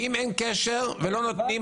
אם אין קשר ולא נותנים,